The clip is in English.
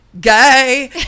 gay